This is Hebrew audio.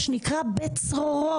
מה שנקרא בצרורות.